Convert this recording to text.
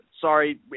Sorry